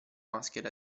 maschera